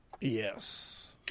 Yes